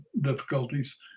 difficulties